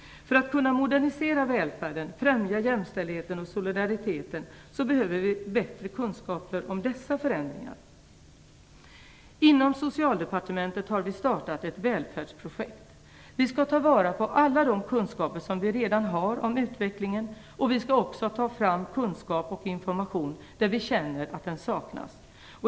För att kunna modernisera välfärden, främja jämställdheten och solidariteten behöver vi bättre kunskaper om dessa förändringar. Inom Socialdepartementet har vi startat att välfärdsprojekt. Vi skall ta vara på alla de kunskaper som vi redan har om utvecklingen. Vi skall också ta fram kunskap och information, där vi känner att detta saknas.